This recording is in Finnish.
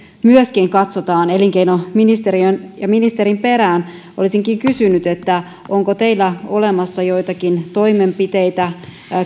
myöskin katsotaan elinkeinoministeriön ja ministerin perään olisinkin kysynyt onko teillä olemassa joitakin toimenpiteitä